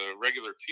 regular